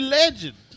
legend